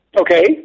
Okay